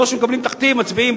לא כאלה שמקבלים תכתיב ומצביעים,